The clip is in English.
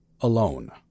alone